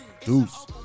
Deuce